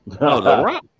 no